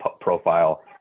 profile